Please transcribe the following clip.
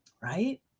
right